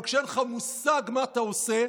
אבל כשאין לך מושג מה אתה עושה,